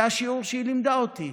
זה השיעור שהיא לימדה אותי.